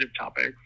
topics